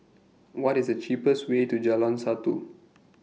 What IS The cheapest Way to Jalan Satu